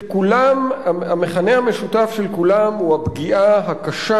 שהמכנה המשותף של כולם הוא הפגיעה הקשה